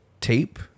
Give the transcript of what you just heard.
tape